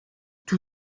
two